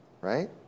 right